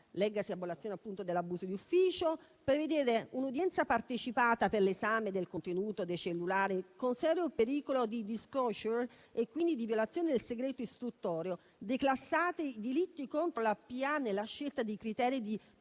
(leggasi abolizione dell'abuso di ufficio), prevedete un'udienza partecipata per l'esame del contenuto dei cellulari, con serio pericolo di *disclosure* e quindi di violazione del segreto istruttorio; declassate i delitti contro la pubblica amministrazione